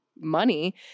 money